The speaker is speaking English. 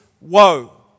Woe